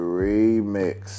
remix